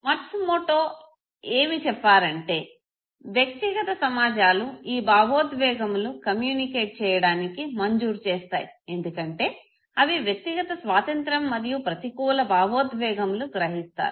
మట్సు Moto ఏమి చెప్పారంటే వ్యక్తిగత సమాజాలు ఈ భావోద్వేగములు కమ్యూనికేట్ చేయడానికి మంజూరు చేస్తాయి ఎందుకంటే అవి వ్యక్తిగత స్వాతంత్రం మరియు ప్రతీకూల భావోద్వేగములు గ్రహిస్తారు